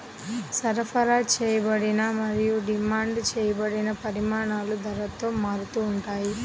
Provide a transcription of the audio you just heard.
సరఫరా చేయబడిన మరియు డిమాండ్ చేయబడిన పరిమాణాలు ధరతో మారుతూ ఉంటాయి